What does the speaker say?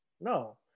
No